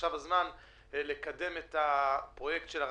עכשיו הזמן לקדם את הפרויקט של הרכבת.